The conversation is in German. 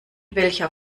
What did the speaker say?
welcher